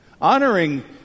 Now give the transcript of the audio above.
Honoring